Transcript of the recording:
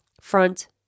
front